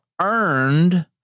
earned